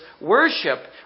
Worship